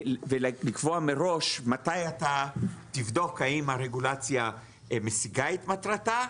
ולקבוע מראש מתי אתה תבדוק האם הרגולציה משיגה את מטרתה,